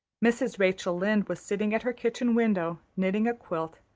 mrs. rachel lynde was sitting at her kitchen window, knitting a quilt,